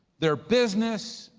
their business,